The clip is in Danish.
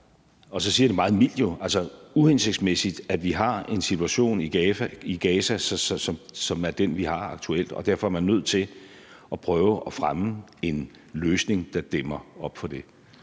– uhensigtsmæssigt, at vi har en situation i Gaza som den, vi har aktuelt. Og derfor er man nødt til at prøve at fremme en løsning, der dæmmer op for det.